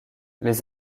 les